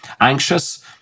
anxious